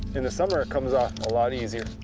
in the summer it comes off a lot easier.